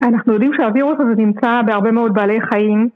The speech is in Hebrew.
אנחנו יודעים שהווירוס הזה נמצא בהרבה מאוד בעלי חיים.